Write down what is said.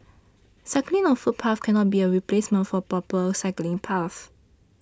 cycling on footpaths cannot be a replacement for proper cycling paths